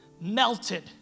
melted